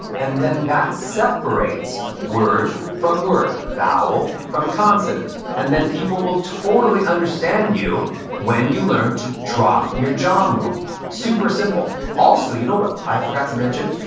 and then that separates word from word, vowel from consonant. and then people will totally understand you when you learn to drop your jaw more. super simple also, you know what i forgot to mention?